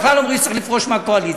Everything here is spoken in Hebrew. בכלל אומרים שצריך לפרוש מהקואליציה,